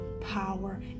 power